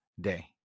day